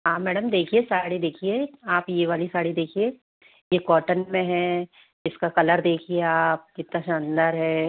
हाँ मैडम देखिए साड़ी देखिए आप यह वाली साड़ी देखिए यह कॉटन में है इसका कलर देखिए आप कितना शानदार है